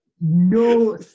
no